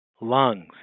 lungs